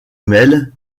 mêlent